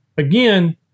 Again